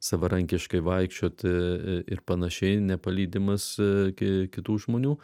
savarankiškai vaikščioti ir panašiai nepalydimas kitų žmonių